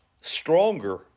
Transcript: stronger